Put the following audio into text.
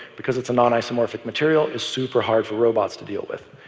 because it's a non-isomorphic material, is super hard for robots to deal with.